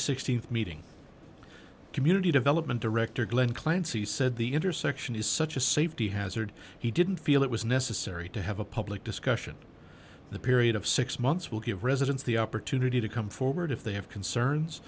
th meeting community development director glen clancy said the intersection is such a safety hazard he didn't feel it was necessary to have a public discussion the period of six months will give residents the opportunity to come forward if they have concerns